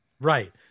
Right